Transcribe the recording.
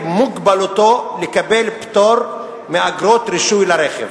מוגבלותו לקבל פטור מאגרת רישוי לרכב.